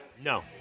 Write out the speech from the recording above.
No